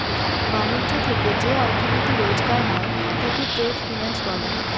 ব্যাণিজ্য থেকে যে অর্থনীতি রোজগার হয় তাকে ট্রেড ফিন্যান্স বলে